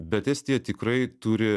bet estija tikrai turi